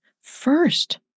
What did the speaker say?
first